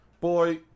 Boy